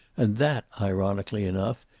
and that, ironically enough,